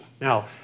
Now